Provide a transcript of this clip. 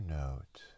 note